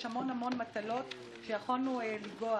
חבר הכנסת אבוטבול רצה להתייחס,